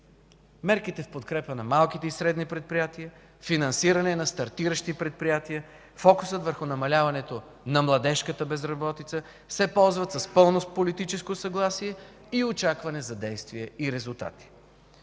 Мерките в подкрепа на малките и средни предприятия, финансиране на стартиращи предприятия, фокусът върху намаляването на младежката безработица се ползват с пълно политическо съгласие и очакване за действия и резултати.